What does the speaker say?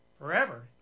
Forever